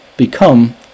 Become